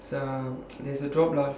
it